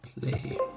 play